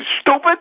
stupid